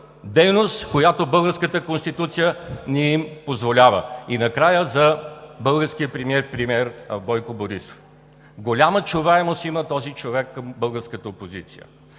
дейност, която българската Конституция не им позволява! Накрая за българския премиер Бойко Борисов. Голяма чуваемост има този човек към българската опозиция.